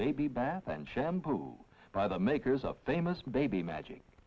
baby bath and shampoo by the makers of famous baby magic